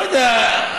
לא יודע,